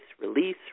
release